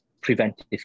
preventive